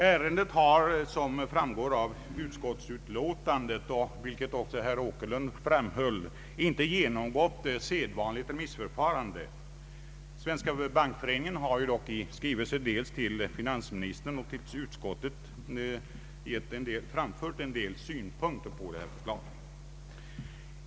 Ärendet har, som framgår av utskottsutlåtandet, inte genomgått sedvanligt = remissförfarande. Svenska bankföreningen har dock framfört synpunkter på lagförslaget dels i skrivelse till finansministern, dels till utskottet.